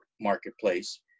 marketplace